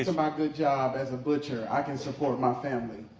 ah my good job as a butcher, i can support my family,